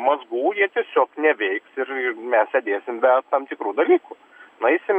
mazgų jie tiesiog neveiks ir ir mes sėdėsim be tam tikrų dalykų nueisim